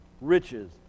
riches